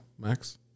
Max